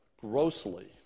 grossly